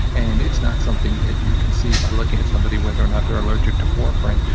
and it's not something that you can see by looking at somebody, whether or not they're allergic to warfarin.